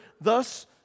thus